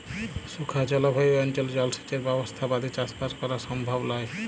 শুখা জলভায়ু অনচলে জলসেঁচের ব্যবসথা বাদে চাসবাস করা সমভব লয়